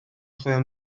chwilio